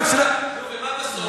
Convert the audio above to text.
גם אצל, נו, ומה בסוף?